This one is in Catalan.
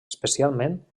especialment